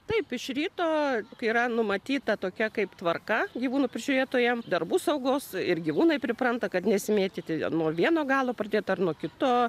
taip iš ryto yra numatyta tokia kaip tvarka gyvūnų prižiūrėtojam darbų saugos ir gyvūnai pripranta kad nesimėtyti nuo vieno galo pradėt ar nuo kito